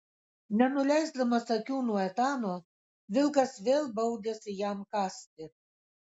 nenuleisdamas akių nuo etano vilkas vėl baudėsi jam kąsti